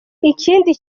ikindi